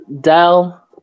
Dell